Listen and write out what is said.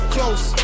Close